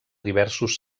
diversos